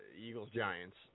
Eagles-Giants